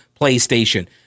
PlayStation